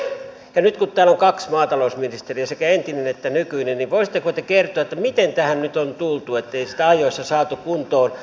nyt kun täällä on kaksi maatalousministeriä sekä entinen että nykyinen niin voisitteko te kertoa miten tähän nyt on tultu ettei sitä ajoissa saatu kuntoon